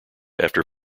after